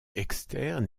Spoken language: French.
externe